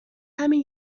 همین